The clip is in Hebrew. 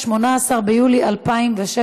18 ביולי 2016,